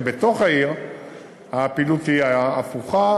בתוך העיר הפעילות היא הפוכה,